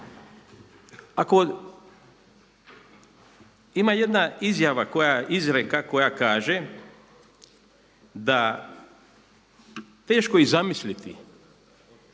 Ima jedna izreka koja kaže, da teško je zamisliti